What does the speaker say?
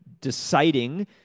deciding